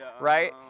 right